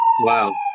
Wow